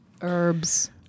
Herbs